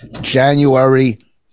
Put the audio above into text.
January